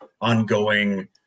ongoing